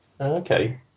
Okay